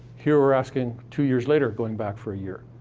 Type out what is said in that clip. here, we're asking two years later going back for a year.